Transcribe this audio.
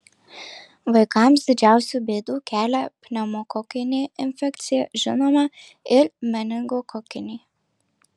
vaikams didžiausių bėdų kelia pneumokokinė infekcija žinoma ir meningokokinė